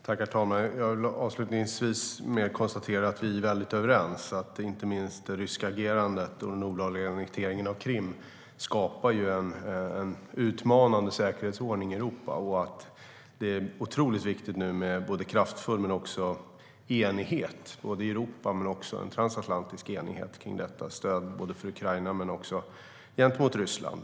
Herr talman! Jag kan konstatera att vi är väldigt överens, jag och Hans Wallmark. Det ryska agerandet och den olagliga annekteringen av Krim skapar en utmanande säkerhetsordning i Europa. Det är otroligt viktigt med kraftfull enighet i Europa men också transatlantisk enighet om stödet för Ukraina och gentemot Ryssland.